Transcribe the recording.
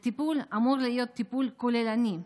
הטיפול אמור להיות טיפול כוללני,